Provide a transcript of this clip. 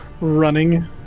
running